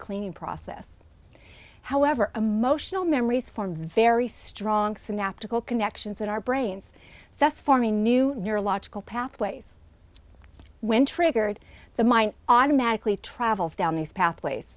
cleaning process however emotional memories form very strong snap tickle connections in our brains that's forming new neurological pathways when triggered the mind automatically travels down these pathways